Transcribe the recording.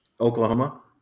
oklahoma